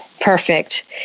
Perfect